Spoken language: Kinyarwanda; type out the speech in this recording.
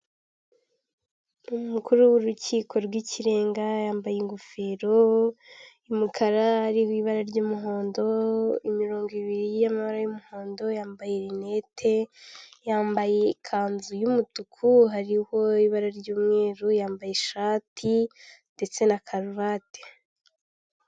Umukuru w'urukiko rw'ikirenga yambaye ingofero y'umukara hariho ibara ry'umuhondo, imirongo ibiri y'amabara y'umuhondo, yambaye rinete, yambaye ikanzu y'umutuku hariho ibara ry'umweru, yambaye ishati ndetse na karuvati.